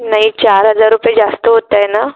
नाही चार हजार रुपये जास्त होत आहे ना